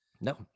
No